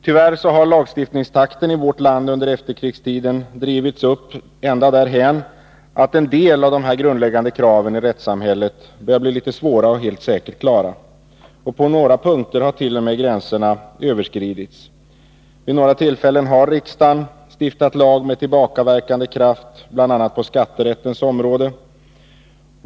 Tyvärr har lagstiftningstakten i vårt land under efterkrigstiden drivits upp, ända därhän att en del av dessa grundläggande krav i rättssamhället blir svåra att helt säkert klara. På några punkter har gränserna t.o.m. överskridits. Vid några tillfällen har riksdagen stiftat lag med tillbakaverkande kraft, bl.a. på skatterättens område.